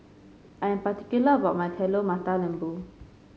I am particular about my Telur Mata Lembu